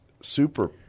super